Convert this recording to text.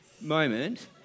moment